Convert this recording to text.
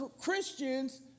Christians